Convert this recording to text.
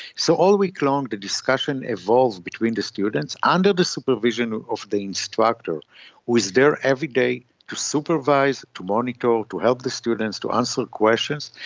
so all week long the discussion evolves between the students, under the supervision of the instructor who is there every day to supervise, to monitor, to help the students, to answer questions.